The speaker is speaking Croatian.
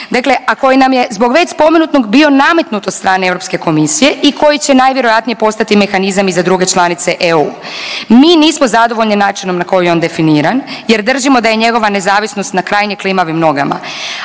a koji nam je zbog već spomenutog bio nametnut od strane Europske komisije i koji će najvjerojatnije postati mehanizam i za druge članice EU. Mi nismo zadovoljni načinom na koji je on definiran jer držimo da je njegova nezavisnost na krajnje klimavim nogama,